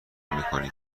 میکنیم